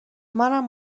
منم